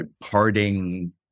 parting